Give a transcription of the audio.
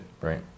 Right